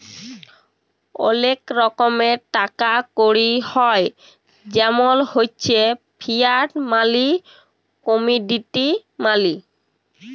ওলেক রকমের টাকা কড়ি হ্য় জেমল হচ্যে ফিয়াট মালি, কমডিটি মালি